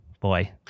boy